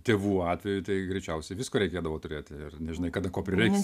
tėvų atveju tai greičiausiai visko reikėdavo turėti ir nežinai kada ko prireiks